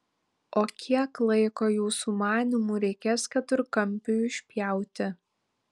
o kiek laiko jūsų manymu reikės keturkampiui išpjauti